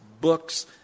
books